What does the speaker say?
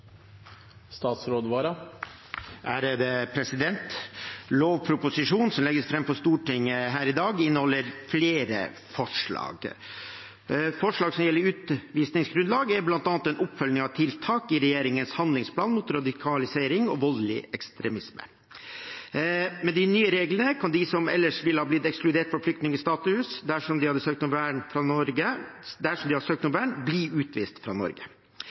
Lovproposisjonen som legges fram for Stortinget her i dag, inneholder flere forslag. Forslaget som gjelder utvisningsgrunnlag, er bl.a. en oppfølging av tiltak i regjeringens handlingsplan mot radikalisering og voldelig ekstremisme. Med de nye reglene kan de som ellers ville ha blitt ekskludert fra flyktningstatus dersom de hadde søkt om vern, bli utvist fra Norge. En viktig konsekvens av de